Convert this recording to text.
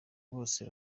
bose